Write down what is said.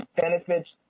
benefits